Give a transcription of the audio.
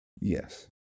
Yes